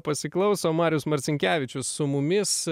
pasiklausom marius marcinkevičius su mumis